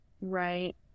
Right